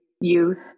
youth